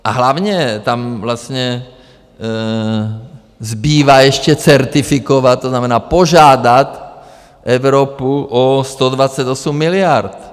A hlavně tam vlastně zbývá ještě certifikovat, to znamená, požádat Evropu o 128 miliard.